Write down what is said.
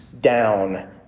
down